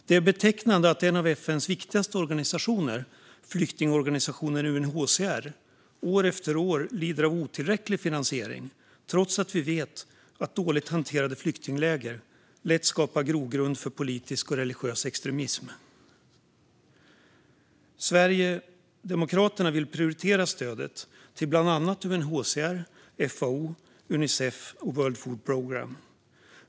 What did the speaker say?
Det är betecknande att en av FN:s viktigaste organisationer, flyktingorganisationen UNHCR, år efter år lider av otillräcklig finansiering trots att vi vet att dåligt hanterade flyktingläger lätt skapar en grogrund för politisk och religiös extremism. Sverigedemokraterna vill prioritera stödet till bland andra UNHCR, FAO, Unicef och World Food Programme.